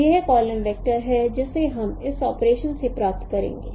तो यह column vector है जिसे हम इस ऑपरेशन से प्राप्त करेंगे